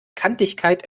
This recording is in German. kantigkeit